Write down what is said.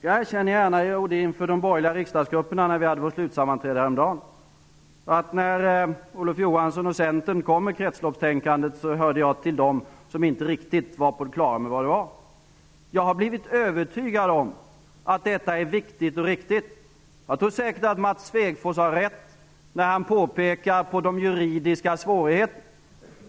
Jag erkänner gärna -- och jag gjorde det inför de borgerliga riksdagsgrupperna när vi hade vårt slutsammanträde häromdagen -- att när Olof Johansson och Centern började tala om kretsloppstänkandet hörde jag till dem som inte riktigt var på det klara med vad det var för någonting. Jag har blivit övertygad om att detta är viktigt och riktigt. Jag tror säkert att Mats Svegfors har rätt när han pekar på de juridiska svårigheterna.